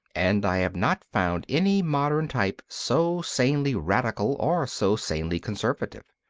and i have not found any modern type so sanely radical or so sanely conservative.